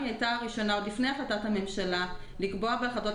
עוד לפני החלטת הממשלה רמ"י הייתה הראשונה לקבוע בהחלטות